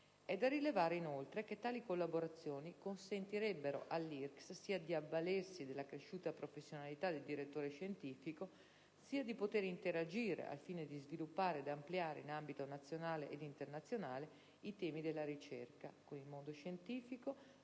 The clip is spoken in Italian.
È da rilevare, inoltre, che tali collaborazioni consentirebbero all'IRCCS sia di avvalersi dell'accresciuta professionalità del direttore scientifico sia di poter interagire, al fine di sviluppare ed ampliare in ambito nazionale ed internazionale i temi della ricerca, con il mondo scientifico